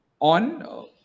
on